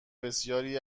بسیاری